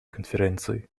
конференции